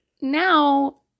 now